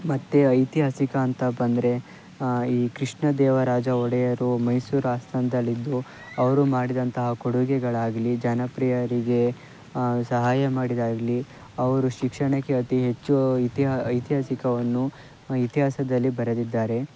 ಮತ್ತು ಐತಿಹಾಸಿಕ ಅಂತ ಬಂದರೆ ಈ ಕೃಷ್ಣದೇವರಾಜ ಒಡೆಯರು ಮೈಸೂರು ಆಸ್ತಾನದಲ್ಲಿದ್ದು ಅವರು ಮಾಡಿದಂತಹ ಕೊಡುಗೆಗಳಾಗಲಿ ಜನಪ್ರಿಯರಿಗೆ ಸಹಾಯ ಮಾಡಿದ್ದಾಗಲಿ ಅವರು ಶಿಕ್ಷಣಕ್ಕೆ ಅತಿ ಹೆಚ್ಚು ಇತಿಹಾಸ ಐತಿಹಾಸಿಕವನ್ನು ಇತಿಹಾಸದಲ್ಲಿ ಬರೆದಿದ್ದಾರೆ